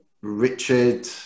Richard